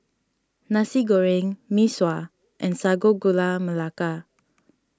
Nasi Goreng Mee Sua and Sago Gula Melaka